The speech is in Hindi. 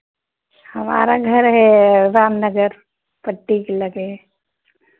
हमारा घर है रामनगर पट्टी के लगे